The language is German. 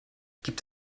gibt